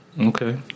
Okay